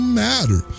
matter